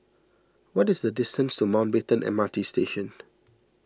what is the distance to Mountbatten M R T Station